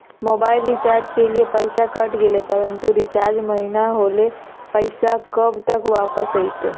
Mobile recharge के लिए पैसा कट गेलैय परंतु रिचार्ज महिना होलैय, पैसा कब तक वापस आयते?